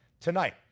tonight